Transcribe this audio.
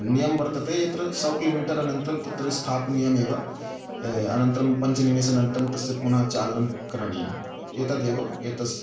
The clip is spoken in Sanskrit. नियमः वर्तते यत्र सौ किलोमीटर् अनन्तरं तत्र स्थापनीयमेव अनन्तरं पञ्चनिमेषानन्तरं तस्य पुनः चालनं करणीयम् एतदेव एतस्य